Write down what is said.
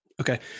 Okay